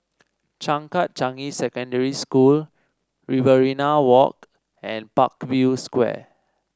Changkat Changi Secondary School Riverina Walk and Parkview Square